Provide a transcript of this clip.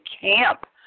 camp